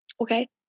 Okay